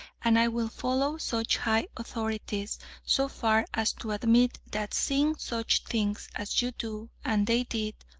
and i will follow such high authorities so far as to admit that seeing such things as you do and they did,